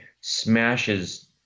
smashes